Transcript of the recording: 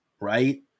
right